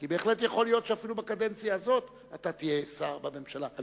כי בהחלט יכול להיות שאפילו בקדנציה הזאת אתה תהיה שר בממשלה,